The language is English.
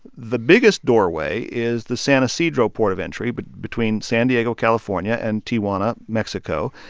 the biggest doorway is the san ysidro port of entry but between san diego, calif, ah and and tijuana, mexico.